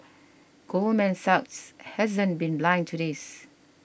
Goldman Sachs hasn't been blind to this